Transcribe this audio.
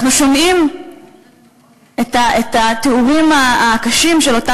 אנחנו שומעים את התיאורים הקשים של אותה